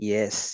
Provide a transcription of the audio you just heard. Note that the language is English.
Yes